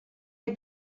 wir